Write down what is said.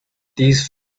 these